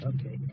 Okay